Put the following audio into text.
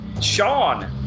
Sean